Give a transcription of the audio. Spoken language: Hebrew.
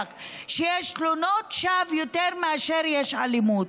שיש תלונות שווא יותר מאשר יש אלימות.